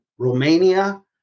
Romania